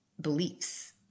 beliefs